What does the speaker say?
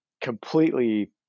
completely